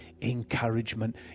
encouragement